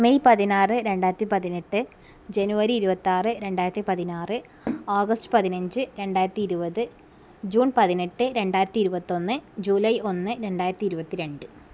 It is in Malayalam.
മെയ് പതിനാറ് രണ്ടായിരത്തി പതിനെട്ട് ജനുവരി ഇരുപത്താറ് രണ്ടായിരത്തി പതിനാറ് ഓഗസ്റ്റ് പതിനഞ്ച് രണ്ടായിരത്തി ഇരുപത് ജൂൺ പതിനെട്ട് രണ്ടായിരത്തി ഇരുപത്തൊന്ന് ജൂലൈ ഒന്നെ രണ്ടായിരത്തി ഇരുപത്തി രണ്ട്